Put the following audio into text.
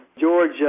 George